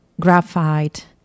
graphite